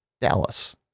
Dallas